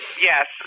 Yes